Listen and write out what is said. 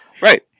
Right